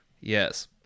yes